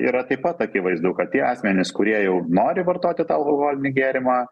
yra taip pat akivaizdu kad tie asmenys kurie jau nori vartoti tą alkoholinį gėrimą